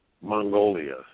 Mongolia